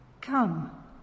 Come